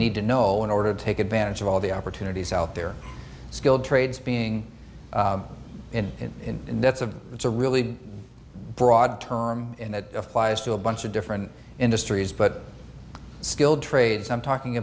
need to know in order to take advantage of all the opportunities out there skilled trades being in that's a it's a really broad term in that applies to a bunch of different industries but skilled trades i'm talking